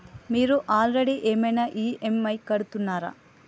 మీరు ఆల్రెడీ ఏమైనా ఈ.ఎమ్.ఐ కడుతున్నారా?